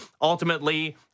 Ultimately